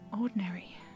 ordinary